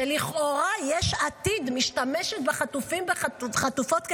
שלכאורה יש עתיד משתמשת בחטופים ובחטופות כקמפיין,